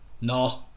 no